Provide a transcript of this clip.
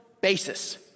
basis